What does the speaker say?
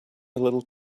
little